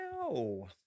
No